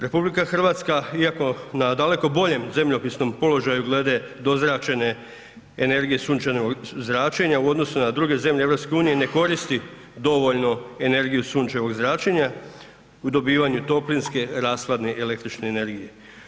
RH iako na daleko boljem zemljopisnom položaju glede dozračene energije sunčanog zračenja u odnosu na druge zemlje EU ne koristi dovoljno energiju sunčevog zračenja u dobivanju toplinske, rashladne i električne energije.